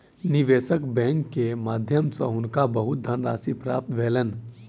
निवेशक बैंक के माध्यम सॅ हुनका बहुत धनराशि प्राप्त भेलैन